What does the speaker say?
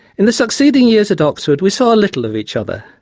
in the succeeding years at oxford we saw a little of each other.